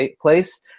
place